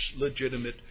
legitimate